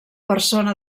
persona